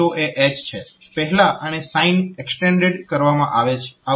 પહેલા આને sign extend કરવામાં આવશે